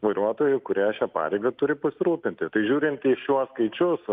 vairuotojų kurie šia pareiga turi pasirūpinti tai žiūrint į šiuos skaičius